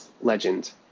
legend